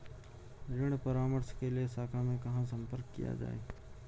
ऋण परामर्श के लिए शाखा में कहाँ संपर्क किया जाए?